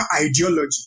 ideology